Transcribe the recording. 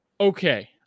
Okay